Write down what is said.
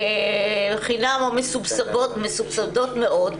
חינם או מסובסדות מאוד,